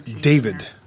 David